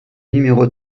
numéro